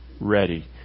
ready